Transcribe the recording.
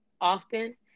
often